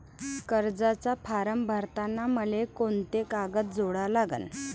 कर्जाचा फारम भरताना मले कोंते कागद जोडा लागन?